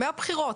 מהבחירות.